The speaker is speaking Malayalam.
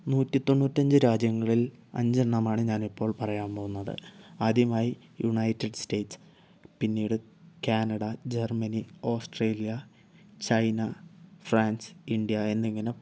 നൂറ്റി തൊണ്ണൂറ്റഞ്ച് രാജ്യങ്ങളിൽ അഞ്ചെണ്ണമാണ് ഞാനിപ്പോൾ പറയാൻ പോകുന്നത് ആദ്യമായി യുണൈറ്റഡ് സ്റ്റേറ്റ്സ് പിന്നീട് Canada Germany Australia China France India എന്നിങ്ങനെ